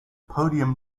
podium